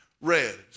red